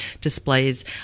displays